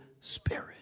Spirit